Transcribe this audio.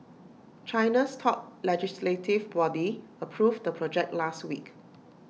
China's top legislative body approved the project last week